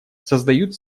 создают